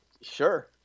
sure